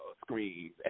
screens